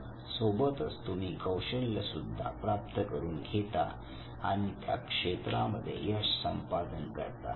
मग सोबतच तुम्ही कौशल्य सुद्धा प्राप्त करून घेता आणि त्या क्षेत्रामध्ये यश संपादन करता